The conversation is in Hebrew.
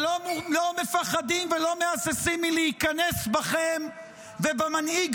שלא מפחדים ולא מהססים מלהיכנס בכם ובמנהיג